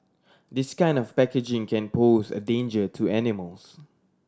this kind of packaging can pose a danger to animals